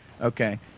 Okay